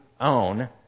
own